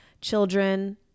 children